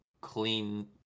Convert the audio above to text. clean